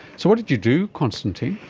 so what did you do, constantine?